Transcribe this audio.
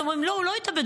אומרים: הוא לא התאבד,